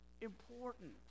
important